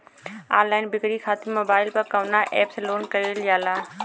Online बिक्री खातिर mobile पर कवना एप्स लोन कईल जाला?